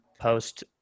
post